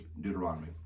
Deuteronomy